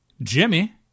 Jimmy